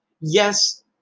Yes